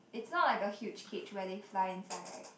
it's not like a huge cage where they fly inside right